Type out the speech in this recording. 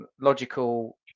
Logical